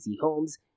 homes